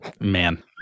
Man